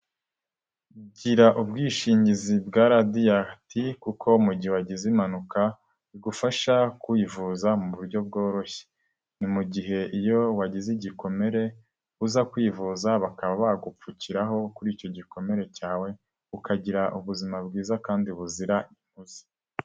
Gira ubwishingizi bwa RADIANT, kuko mugihe wagize impanuka bigufasha kwivuza mu buryo bworoshye, ni mu gihe iyo wagize igikomere, uza kwivuza bakaba bagupfukiraho kuri icyo gikomere cyawe, ukagira ubuzima bwiza kandi buzira umuze.